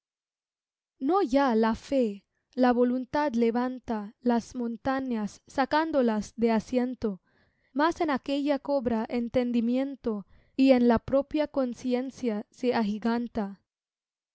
no ya la fe la voluntad levanta las montañas sacándolas de asiento mas en aquella cobra entendimiento y en la propia conciencia se agiganta